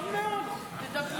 טוב מאוד, תדברו.